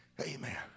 Amen